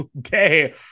day